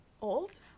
old